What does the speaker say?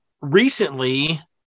recently